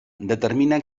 determina